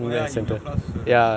oh ya he in your class also right